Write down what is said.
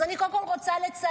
אז אני קודם כול רוצה לציין,